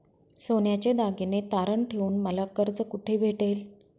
सोन्याचे दागिने तारण ठेवून मला कर्ज कुठे भेटेल?